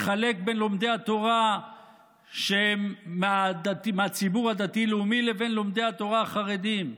לחלק בין לומדי התורה שהם מהציבור הדתי-לאומי לבין לומדי התורה החרדים.